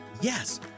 Yes